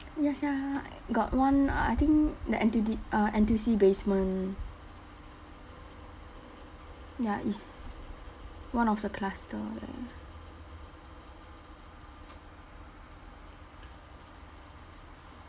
ya sia got one I think the N T the uh N_T_U_C basement ya it's one of the cluster leh